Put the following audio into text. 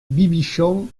bibichon